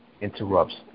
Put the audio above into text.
interrupts